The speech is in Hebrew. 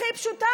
הכי פשוטה.